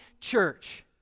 church